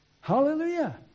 Hallelujah